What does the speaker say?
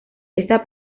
esta